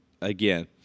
again